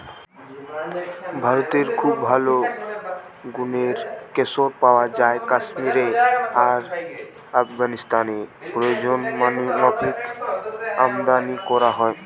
ভারতে খুব ভালো গুনের কেশর পায়া যায় কাশ্মীরে আর আফগানিস্তানে প্রয়োজনমাফিক আমদানী কোরা হয়